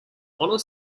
honor